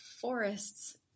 forests